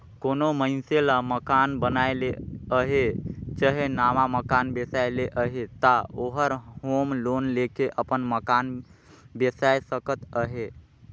कोनो मइनसे ल मकान बनाए ले अहे चहे नावा मकान बेसाए ले अहे ता ओहर होम लोन लेके अपन मकान बेसाए सकत अहे